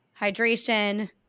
hydration